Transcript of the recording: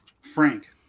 Frank